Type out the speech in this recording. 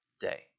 day